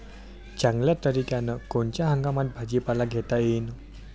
चांगल्या तरीक्यानं कोनच्या हंगामात भाजीपाला घेता येईन?